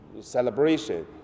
celebration